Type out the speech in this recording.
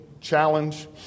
challenge